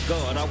God